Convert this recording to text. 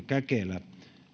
käkelä